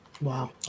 Wow